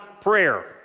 prayer